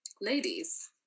ladies